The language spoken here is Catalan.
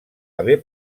haver